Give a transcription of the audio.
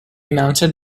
mounted